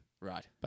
right